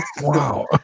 Wow